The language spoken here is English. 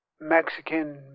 Mexican